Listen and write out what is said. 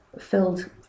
filled